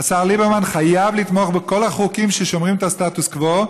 השר ליברמן חייב לתמוך בכל החוקים ששומרים את הסטטוס-קוו,